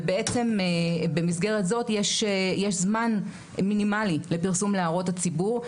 ובעצם במסגרת הזאת יש זמן מינימאלי לפרסום להערות הציבור.